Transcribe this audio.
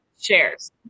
shares